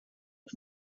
and